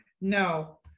No